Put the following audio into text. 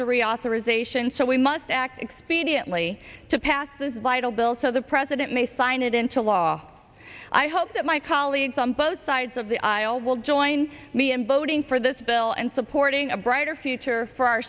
reauthorization so we must act expediently to pass this vital bill so the president may sign it into law i hope that my colleagues on both sides of the aisle will join me in voting for this bill and supporting a brighter future for our